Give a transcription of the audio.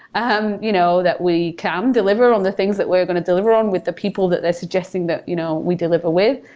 um you know that we can deliver on the things that we're going to deliver on with the people that they're suggesting that you know we deliver with.